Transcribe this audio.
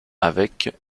avec